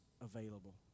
available